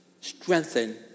strengthen